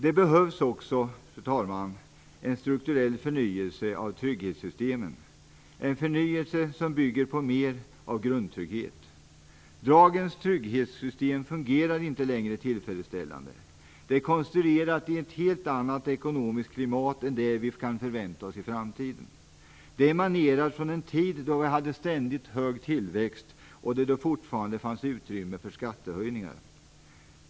Det behövs också en strukturell förnyelse av trygghetssystemen, en förnyelse som bygger på mer av grundtrygghet. Dagens trygghetssystem fungerar inte längre tillfredsställande. Det är konstruerat i ett helt annat ekonomiskt klimat än det vi kan förvänta oss i framtiden. Det emanerar från en tid då vi hade ständigt hög tillväxt och då det fortfarande fanns utrymme för skattehöjningar.